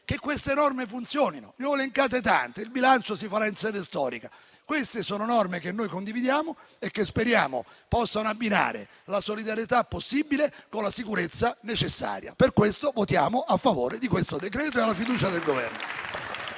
che queste norme funzionino. Ne ho elencate tante, il bilancio si farà in sede storica. Queste sono norme che noi condividiamo e che speriamo possano abbinare la solidarietà possibile con la sicurezza necessaria. Per questo - ripeto - votiamo a favore di questo decreto e la fiducia al Governo.